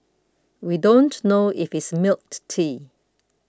we don't know if it's milk tea